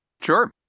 Sure